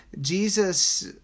Jesus